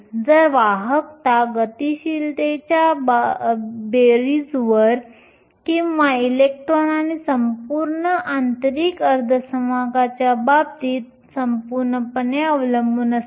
तर वाहकता गतिशीलतेच्या बेरीजवर किंवा इलेक्ट्रॉन आणि संपूर्ण आंतरिक अर्धवाहकाच्या बाबतीत संपूर्णपणे अवलंबून असते